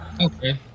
Okay